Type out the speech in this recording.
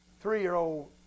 Three-year-old